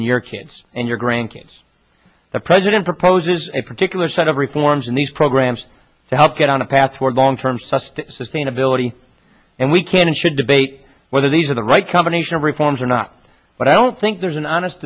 and your kids and your grandkids the president proposes a particular set of reforms in these programs to help get on a path towards long term sussed sustainability and we can and should debate whether these are the right combination of reforms or not but i don't think there's an honest